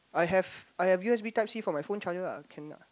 I have I have U_S_B type C for my phone charger ah can ah